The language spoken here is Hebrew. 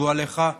שעבדו עליך,